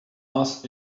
mass